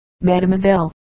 Mademoiselle